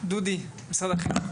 דודי מזרחי, משרד החינוך.